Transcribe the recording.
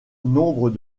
nombre